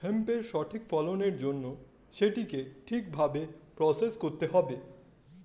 হেম্পের সঠিক ফলনের জন্য সেটিকে ঠিক ভাবে প্রসেস করতে হবে